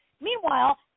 meanwhile